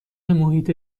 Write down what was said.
محیط